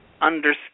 understand